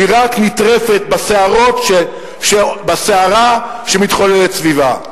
והיא רק נטרפת בסערה שמתחוללת סביבה.